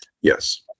Yes